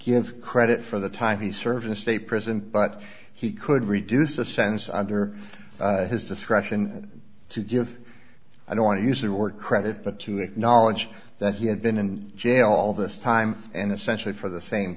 give credit for the time he served in state prison but he could reduce the sentence under his discretion to give i don't want to use the word credit but to acknowledge that he had been in jail all this time and essentially for the same